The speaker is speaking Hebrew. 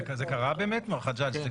זה קרה באמת, מר חג'ג'?